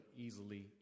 easily